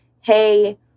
hey